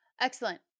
Excellent